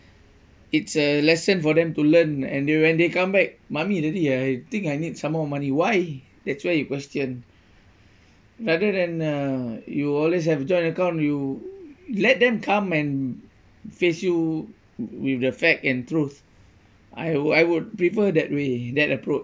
it's a lesson for them to learn and they when they come back mummy daddy I think I need some more money why that's where you question rather than uh you always have joint account you let them come and face you with the fact and truth I would I would prefer that way that approach